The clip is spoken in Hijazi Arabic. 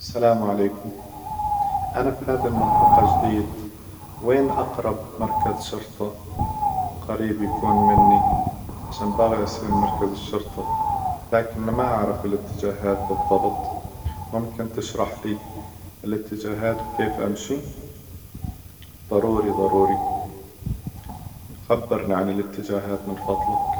السلام عليكم أنا في هذي المنطقة جديد، وين أقرب مركز شرطة قريب يكون مني؟ عشان باغي أسير مركز الشرطة، لكن ما أعرف الاتجاهات بالظبط، ممكن تشرح لي الاتجاهات وكيف امشي؟ ظروري ظروري، خبرني عن الاتجاهات من فظلك.